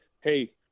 Hey